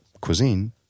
cuisine